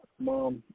mom